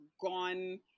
gone